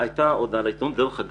הייתה הודעה לעיתונות.